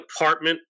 apartment